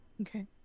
okay